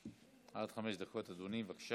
עד חמש דקות, אדוני, בבקשה.